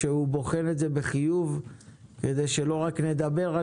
שהוא בוחן את זה בחיוב כדי שלא רק נדבר על